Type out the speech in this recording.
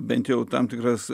bent jau tam tikras